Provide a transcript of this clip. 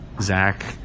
Zach